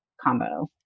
combo